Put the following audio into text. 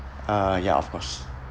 uh ya of course